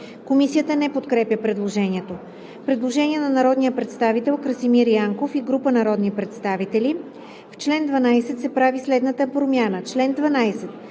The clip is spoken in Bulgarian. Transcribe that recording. Комисията не подкрепя предложението. Предложение на народния представител Красимир Янков и група народни представители: В § 8 от Преходни